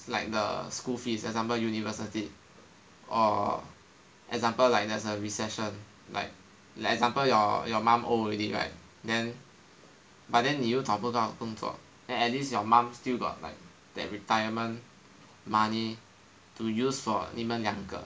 like the school fees example university or example like there's a recession like example like your your mum old already right then but then 你又找不到工作 then at least your mum still got like that retirement money to use for 你们两个